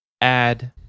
add